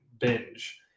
binge